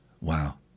Wow